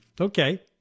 Okay